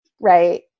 right